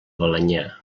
balenyà